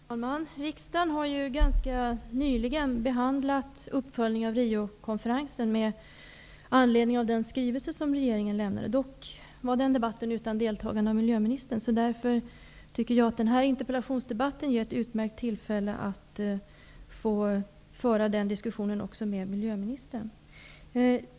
Fru talman! Riksdagen har ganska nyligen behandlat uppföljningen av Riokonferensen med anledning av den skrivelse som regeringen lämnade, dock utan deltagande av miljöministern, därför ger den här interpellationsdebatten ett utmärkt tillfälle att få föra diskussionen också med miljöministern.